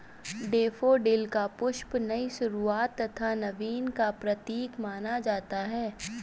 daffodil का पुष्प नई शुरुआत तथा नवीन का प्रतीक माना जाता है